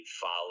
follow